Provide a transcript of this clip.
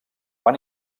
van